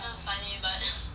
funny but